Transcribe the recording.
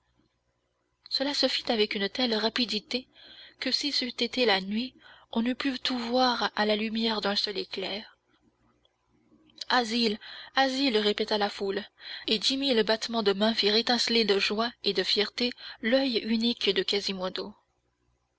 cela se fit avec une telle rapidité que si c'eût été la nuit on eût pu tout voir à la lumière d'un seul éclair asile asile répéta la foule et dix mille battements de mains firent étinceler de joie et de fierté l'oeil unique de quasimodo